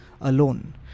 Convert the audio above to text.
alone